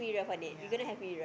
ya